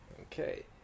Okay